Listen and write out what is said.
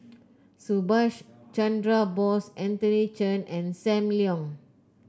Subhas Chandra Bose Anthony Chen and Sam Leong